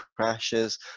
crashes